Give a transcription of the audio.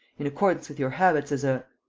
in accordance with your habits as a.